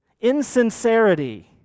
insincerity